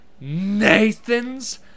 Nathan's